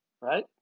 right